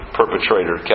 perpetrator